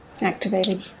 activated